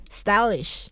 stylish